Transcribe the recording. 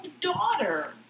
daughter